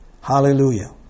Hallelujah